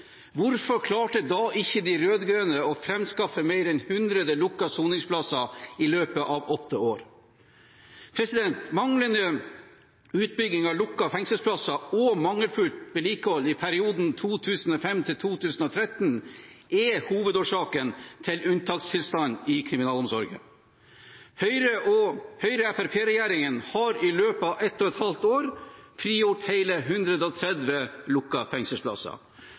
Hvorfor klarte da ikke de rød-grønne å framskaffe mer enn 100 lukkede soningsplasser i løpet av åtte år? Manglende utbygging av lukkede fengselsplasser og mangelfullt vedlikehold i perioden 2005–2013 er hovedårsaken til unntakstilstanden i kriminalomsorgen. Høyre–Fremskrittsparti-regjeringen har i løpet av ett og et halvt år frigjort hele 130 lukkede fengselsplasser. 242 plasser i Nederland og